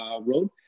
road